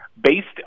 based